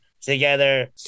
together